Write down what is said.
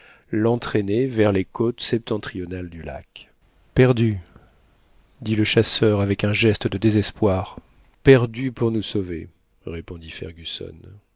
l'entraînait vers les côtes septentrionales du lac perdu dit le chasseur avec un geste de désespoir perdu pour nous sauver répondit fergusson